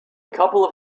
couple